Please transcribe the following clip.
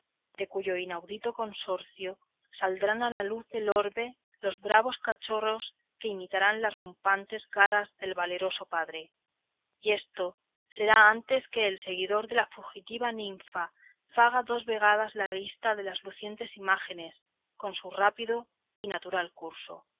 de cuyo inaudito consorcio saldrán a la luz del orbe los bravos cachorros que imitarán las rumpantes garras del valeroso padre y esto será antes que el seguidor de la fugitiva ninfa faga dos vegadas la visita de las lucientes imágines con su rápido y natural curso